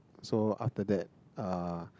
so after that uh